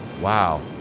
Wow